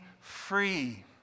free